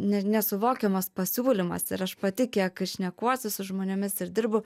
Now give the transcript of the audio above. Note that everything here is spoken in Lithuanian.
ne nesuvokiamas pasiūlymas ir aš pati kiek šnekuosi su žmonėmis ir dirbu